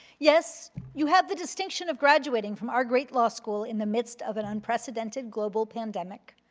yes, you have the distinction of graduating from our great law school in the midst of an unprecedented global pandemic.